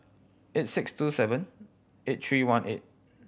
eight six two seven eight three one eight